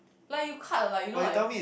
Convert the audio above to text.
like you cut like you know like